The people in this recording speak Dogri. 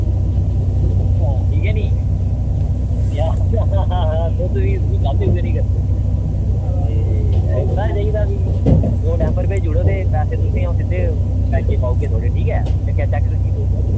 ठीक ऐ नी ओह् तुस गल्ल गै उऐ नेईं करदे भी ते रेता गै चाहिदा भी दौ डंपर भेजी ओड़े ते पैसे अंऊ तुसेंगी सिद्धे बैंक च पाई देई ओड़गे ठीक ऐ